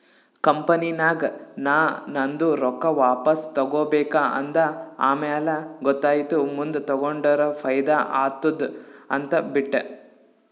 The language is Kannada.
ಕಂಪನಿನಾಗ್ ನಾ ನಂದು ರೊಕ್ಕಾ ವಾಪಸ್ ತಗೋಬೇಕ ಅಂದ ಆಮ್ಯಾಲ ಗೊತ್ತಾಯಿತು ಮುಂದ್ ತಗೊಂಡುರ ಫೈದಾ ಆತ್ತುದ ಅಂತ್ ಬಿಟ್ಟ